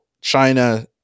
China